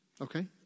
Okay